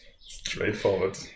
Straightforward